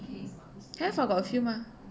have [what] got a few mah